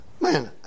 Man